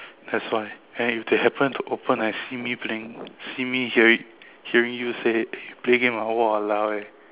that's why and then if they happen to open and see me playing see me hear it hearing you say play game ah !waloa! eh